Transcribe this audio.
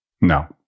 No